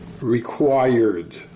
required